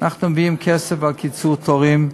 אנחנו מביאים כסף לקיצור תורים,